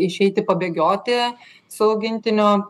išeiti pabėgioti su augintiniu